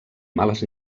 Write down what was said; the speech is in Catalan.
males